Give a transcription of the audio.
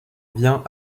viens